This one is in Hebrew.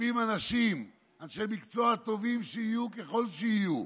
יושבים אנשים, אנשי מקצוע טובים ככל שיהיו,